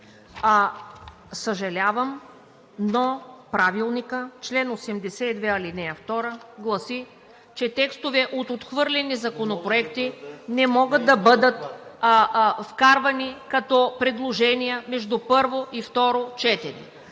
Съжалявам, но Правилникът, чл. 82, ал. 2 гласи, че текстове от отхвърлени законопроекти не могат да бъдат вкарвани като предложения между първо и второ четене.